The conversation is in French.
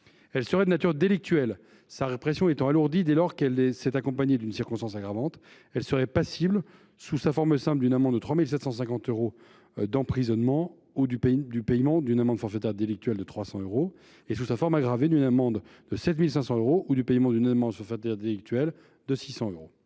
Elle serait de nature délictuelle, sa répression étant alourdie dès lors qu’elle s’est accompagnée d’une circonstance aggravante. Elle serait passible, sous sa forme simple, d’une amende de 3 750 euros et d’un d’emprisonnement ou du paiement d’une amende forfaitaire délictuelle (AFD) de 300 euros, et, sous sa forme aggravée, d’une amende de 7 500 euros ou du paiement d’une AFD de 600 euros.